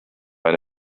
eine